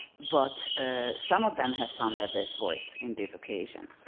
but some of them have found their best voice in this occasion.